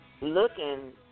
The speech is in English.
looking